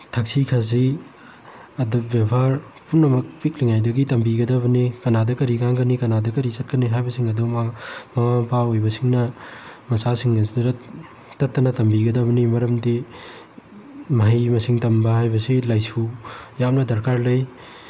ꯊꯛꯁꯤ ꯈꯥꯁꯤ ꯃꯗꯨ ꯕꯦꯕꯥꯔ ꯄꯨꯝꯅꯃꯛ ꯄꯤꯛꯂꯤꯉꯥꯏꯗꯒꯤ ꯇꯝꯕꯤꯒꯗꯕꯅꯤꯅ ꯀꯅꯥꯗ ꯀꯔꯤ ꯉꯥꯡꯒꯅꯤ ꯀꯅꯥꯗ ꯀꯔꯤ ꯆꯠꯀꯅꯤ ꯍꯥꯏꯕꯁꯤꯡ ꯑꯗꯨ ꯃꯃꯥ ꯃꯄꯥ ꯑꯣꯏꯕꯁꯤꯡꯅ ꯃꯆꯥꯁꯤꯡ ꯑꯗꯨꯗ ꯇꯠꯇꯅ ꯇꯝꯕꯤꯒꯗꯕꯅꯤ ꯃꯔꯝꯗꯤ ꯃꯍꯩ ꯃꯁꯤꯡ ꯇꯝꯕ ꯍꯥꯏꯕꯁꯤ ꯂꯥꯏꯁꯨ ꯌꯥꯝꯅ ꯗꯔꯀꯥꯔ ꯂꯩ